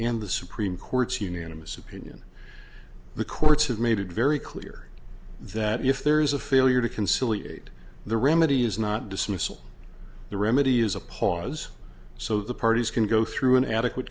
and the supreme court's unanimous opinion the courts have made it very clear that if there is a failure to conciliate the remedy is not dismissal the remedy is a pause so the parties can go through an adequate